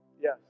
Yes